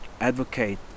advocate